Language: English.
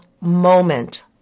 moment